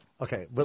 Okay